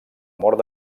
mort